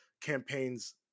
campaign's